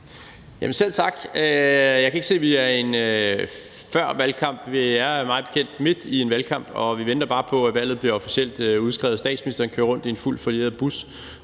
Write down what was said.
Selv tak. Jeg kan ikke se, at vi er i en førvalgkamp. Vi er mig bekendt midt i en valgkamp, og vi venter bare på, at valget bliver officielt udskrevet; statsministeren kører rundt i en fuldt folieret bus,